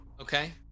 Okay